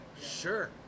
sure